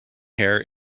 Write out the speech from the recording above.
hair